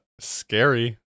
scary